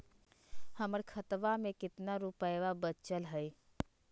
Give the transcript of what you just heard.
हमर खतवा मे कितना रूपयवा बचल हई?